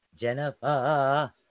Jennifer